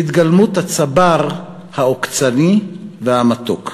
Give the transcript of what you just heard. התגלמות הצבר העוקצני והמתוק.